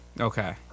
Okay